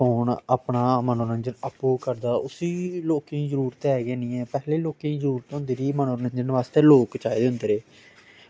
phone अपना मनोरंजन आपू करदा उस्सी लोकें दी जरूरत ऐ गै निं ऐ पैह्ले लोकें जरूरत होंदी रेही मनोरंजन वास्तै लोक चाहिदे होंदे रेह्